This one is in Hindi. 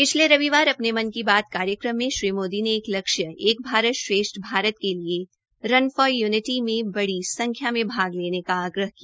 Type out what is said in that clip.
पिछले रविवार अपने मन की बता कार्यक्रम में श्री मोदी ने एक लक्ष्य एक भारत श्रेष्ठ भारत के लिए रन फॉर यूनिटी में बड़ी संख्या में भाग लेने का आग्रह किया